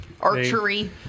archery